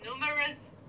numerous